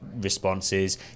responses